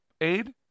aid